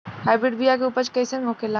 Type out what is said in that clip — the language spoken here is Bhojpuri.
हाइब्रिड बीया के उपज कैसन होखे ला?